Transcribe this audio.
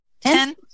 ten